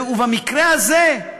ובמקרה הזה,